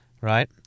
right